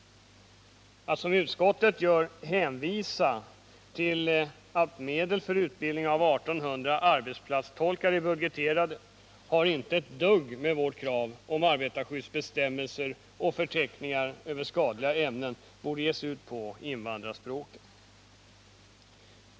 Att som utskottet gör hänvisa till att medel för utbildning av 1 800 arbetsplatstolkar är budgeterade har inte ett dugg att göra med vårt krav att arbetarskyddsbestämmelser och förteckningar över skadliga ämnen skall ges ut på invandrarspråken.